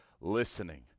listening